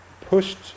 pushed